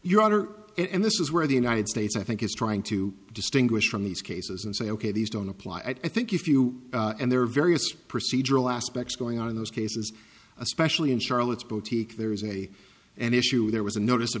order it and this is where the united states i think is trying to distinguish from these cases and say ok these don't apply i think if you and there are various procedural aspects going on in those cases especially in charlotte's boutique there is a an issue there was a notice of